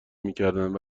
میکردند